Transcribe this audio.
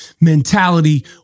mentality